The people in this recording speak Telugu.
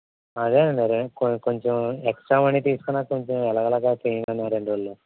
అదే అన్నా అదే కో కొంచెం ఎక్స్ట్రా మనీ తీసుకోనైనా కొంచెం ఎలాగోలాగా చేయండి అన్న రెండు రోజులలో